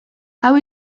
hau